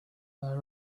their